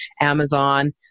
Amazon